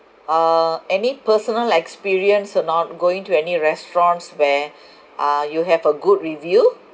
uh any personal experience or not going to any restaurants where uh you have a good review